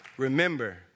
Remember